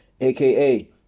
aka